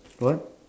what